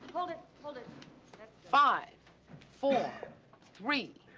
hold it, hold it five four three